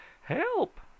Help